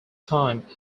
time